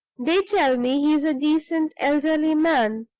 they tell me he's a decent elderly man.